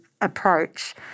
approach